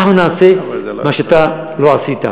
אנחנו נעשה מה שאתה לא עשית.